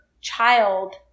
child